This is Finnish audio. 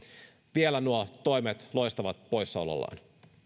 vielä nuo toimet loistavat poissaolollaan